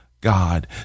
God